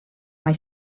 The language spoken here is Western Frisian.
mei